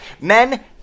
Men